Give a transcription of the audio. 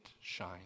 shine